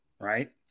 right